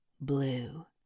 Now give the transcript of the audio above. blue